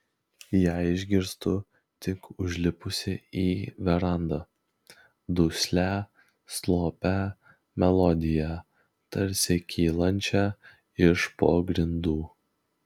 ją išgirstu tik užlipusi į verandą duslią slopią melodiją tarsi kylančią iš po grindų